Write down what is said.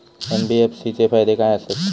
NBFC चे फायदे खाय आसत?